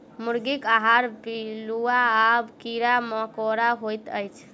मुर्गीक आहार पिलुआ आ कीड़ा मकोड़ा होइत अछि